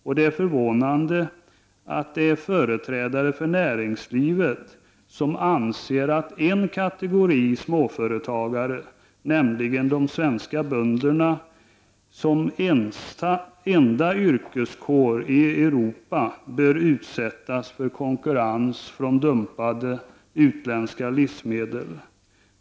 Det är också förvånande att företrädare för näringslivet anser att en kategori små företagare, nämligen de svenska bönderna, som enda yrkeskår i Europa bör producera varor som utsätts för konkurrens från utländska dumpade livsmedel.